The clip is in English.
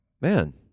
Man